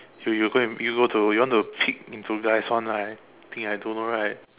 so you go and you go to you want to peep into guy's one right you think I don't know right